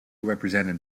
represented